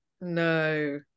No